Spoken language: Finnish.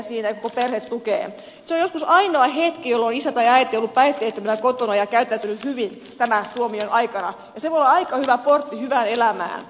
tämä tuomion aika on joskus ainoa hetki jolloin isä tai äiti on ollut päihteettömänä kotona ja käyttäytynyt hyvin ja se voi olla aika hyvä portti hyvään elämään